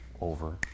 Over